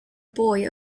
boy